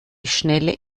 schnelle